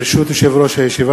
ברשות יושב-ראש הישיבה,